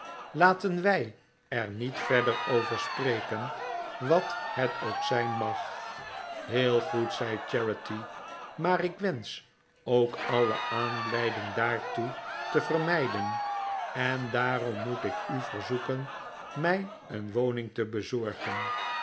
laten wij er niet verder over spreken wat het ook zijn mag heel goed zei charity maar ik wensch ook alle aanleiding daartoe te vermijden en daarom moet ik u verzoeken mij een woning te bezorgen